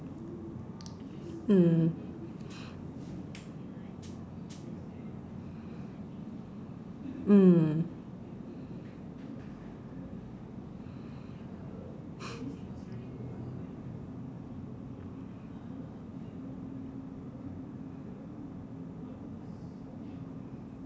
mm mm